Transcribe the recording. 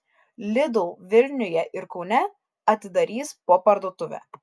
lidl vilniuje ir kaune atidarys po parduotuvę